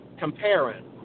Comparing